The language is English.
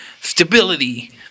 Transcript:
stability